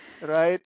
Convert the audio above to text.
Right